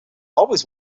always